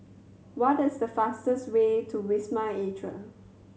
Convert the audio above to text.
what is the fastest way to Wisma Atria